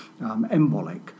embolic